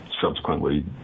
subsequently